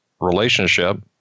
relationship